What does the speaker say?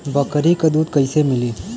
बकरी क दूध कईसे मिली?